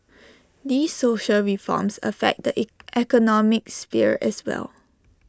these social reforms affect the economic sphere as well